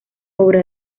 obra